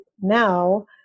now